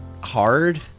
hard